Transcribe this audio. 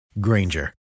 Granger